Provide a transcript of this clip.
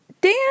Dan